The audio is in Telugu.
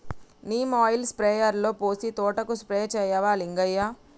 నీమ్ ఆయిల్ స్ప్రేయర్లో పోసి తోటకు స్ప్రే చేయవా లింగయ్య